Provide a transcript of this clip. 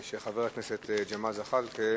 של חבר הכנסת ג'מאל זחאלקה: